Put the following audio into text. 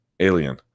Alien